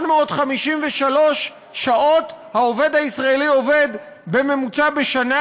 1,853 שעות העובד הישראלי עובד בממוצע בשנה.